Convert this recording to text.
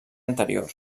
anterior